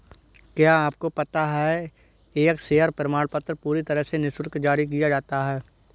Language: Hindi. क्या आपको पता है एक शेयर प्रमाणपत्र पूरी तरह से निशुल्क जारी किया जाता है?